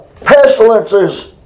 pestilences